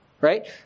right